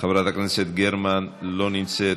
חברת הכנסת גרמן, לא נמצאת.